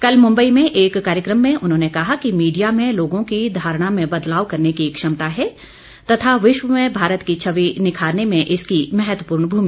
कल मुम्बई में एक कार्यक्रम में उन्होंने कहा कि मीडिया में लोगों की धारणा में बदलाव करने की क्षमता है तथा विश्व में भारत की छवि निखारने में इसकी महत्वपूर्ण भूमिका है